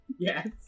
Yes